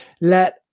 Let